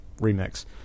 remix